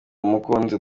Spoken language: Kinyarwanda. umukunzi